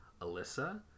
Alyssa